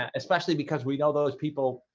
and especially because we know those people,